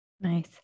Nice